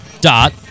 Dot